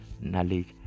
Knowledge